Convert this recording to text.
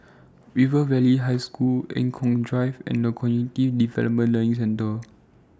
River Valley High School Eng Kong Drive and The Cognitive Development Learning Centre